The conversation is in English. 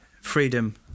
Freedom